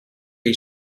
les